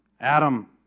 Adam